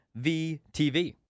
VTV